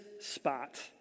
spot